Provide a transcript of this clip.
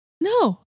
No